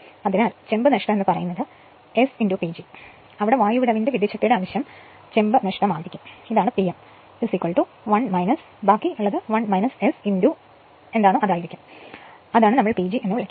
അതിനാൽ ചെമ്പ് നഷ്ടം S PG അവിടെ വായു വിടവിന്റെ വിദ്യുച്ഛക്തിയുടെ അംശം ചെമ്പ് നഷ്ടമാകും ഇതാണ് Pm 1 ബാക്കി 1 S ആയിരിക്കും അതാണ് നമ്മൾ PG എന്ന് വിളിക്കുന്നത്